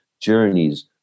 journeys